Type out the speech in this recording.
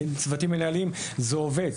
צוותים מנהליים, זה עובד.